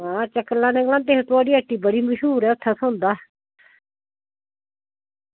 आहें चक्कर लांदे थुआढ़ी हट्टी बड़ी मश्हूर ऐ उत्थें थ्होंदा